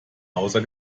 außer